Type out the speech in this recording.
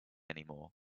anymore